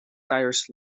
tyres